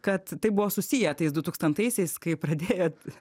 kad tai buvo susiję tais dutūkstantaisiais kai pradėjot